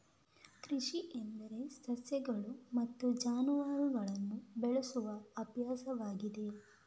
ಕೃಷಿ ಎಂದರೆ ಸಸ್ಯಗಳು ಮತ್ತು ಜಾನುವಾರುಗಳನ್ನು ಬೆಳೆಸುವ ಅಭ್ಯಾಸವಾಗಿದೆ